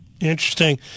Interesting